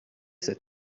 cette